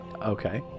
Okay